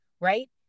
right